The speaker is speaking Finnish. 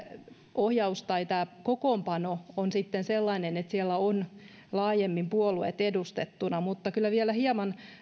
ohjaus tai tämä kokoonpano on sellainen että siellä on laajemmin puolueet edustettuina mutta kyllä vielä hieman